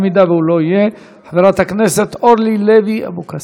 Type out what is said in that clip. אם הוא לא יהיה, חברת הכנסת אורלי לוי אבקסיס.